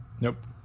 Nope